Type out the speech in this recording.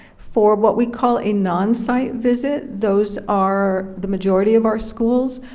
for what we call a non-site visit. those are the majority of our schools.